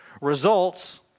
results